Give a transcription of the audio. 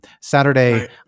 Saturday